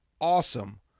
awesome